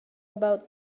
about